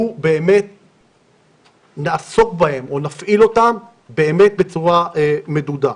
באמת נעסוק בהם או נפעיל אותם בצורה מדודה.